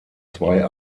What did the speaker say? zwei